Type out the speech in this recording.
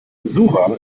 suva